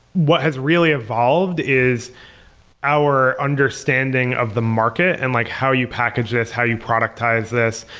what has really evolved is our understanding of the market and like how you package this, how you productize this,